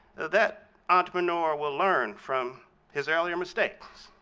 that entrepreneur will learn from his earlier mistakes,